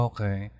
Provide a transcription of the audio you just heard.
Okay